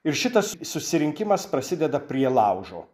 ir šitas susirinkimas prasideda prie laužo